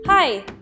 Hi